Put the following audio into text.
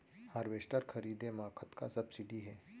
Harvester खरीदे म कतना सब्सिडी हे?